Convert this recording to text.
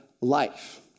life